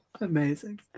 amazing